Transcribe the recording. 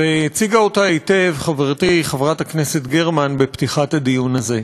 והציגה אותה היטב חברתי חברת הכנסת גרמן בפתיחת הדיון הזה.